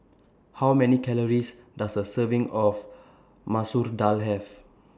How Many Calories Does A Serving of Masoor Dal Have